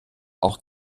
auch